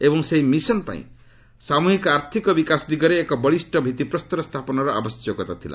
ଏବଂ ସେହି ମିଶନ ପାଇଁ ସାମୁହିକ ଆର୍ଥିକ ବିକାଶ ଦିଗରେ ଏକ ବଳିଷ୍ଠ ଭିଭିପ୍ରସ୍ତର ସ୍ଥାପନର ଆବଶ୍ୟକ ଥିଲା